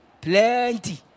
Plenty